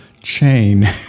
chain